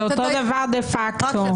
זה אותו דבר דה פקטו.